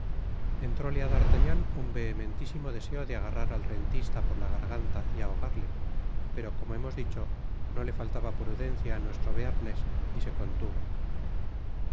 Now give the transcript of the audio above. entróle á d'artagnan un vehementisimo deseo de agarrar al rentista por ta garganta y ahogarle pero como hemos dicho no le faltaba prudencia á nuestro bearnés y se contuvo no